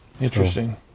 Interesting